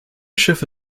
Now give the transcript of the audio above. schiffe